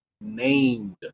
named